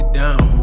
down